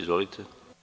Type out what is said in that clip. Izvolite.